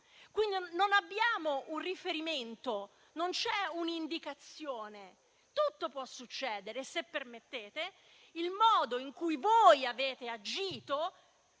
vago. Non abbiamo un riferimento, non c'è un'indicazione: tutto può succedere. Se permettete, il modo in cui avete agito